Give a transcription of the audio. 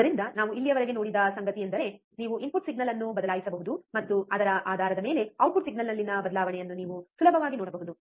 ಆದ್ದರಿಂದ ನಾವು ಇಲ್ಲಿಯವರೆಗೆ ನೋಡಿದ ಸಂಗತಿಯೆಂದರೆ ನೀವು ಇನ್ಪುಟ್ ಸಿಗ್ನಲ್ ಅನ್ನು ಬದಲಾಯಿಸಬಹುದು ಮತ್ತು ಅದರ ಆಧಾರದ ಮೇಲೆ ಔಟ್ಪುಟ್ ಸಿಗ್ನಲ್ನಲ್ಲಿನ ಬದಲಾವಣೆಯನ್ನು ನೀವು ಸುಲಭವಾಗಿ ನೋಡಬಹುದು